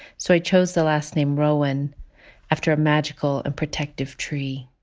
so i chose the last name rowan after a magical and protective tree.